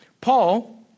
Paul